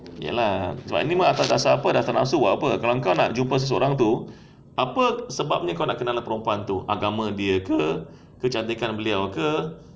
iya lah sebab ni pun datang asal nafsu buat apa kalau kau nak jumpa seseorang tu apa sebabnya kau nak kenal perempuan tu agama dia ke kecantikan beliau ke